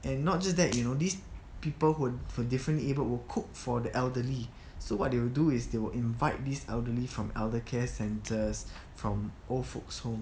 and not just that you know these people who are differently abled will cook for the elderly so what they will do is they will invite this elderly from eldercare centres from old folks home